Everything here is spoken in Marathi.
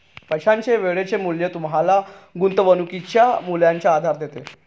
पैशाचे वेळेचे मूल्य तुम्हाला गुंतवणुकीच्या मूल्याचा आधार देते